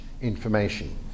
Information